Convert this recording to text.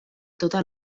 tota